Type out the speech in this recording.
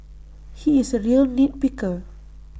he is A real nit picker